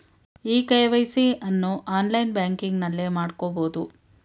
E KYC ಅನ್ನು online ಬ್ಯಾಂಕಿಂಗ್ನಲ್ಲೇ ಮಾಡ್ಕೋಬೋದು